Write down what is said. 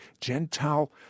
Gentile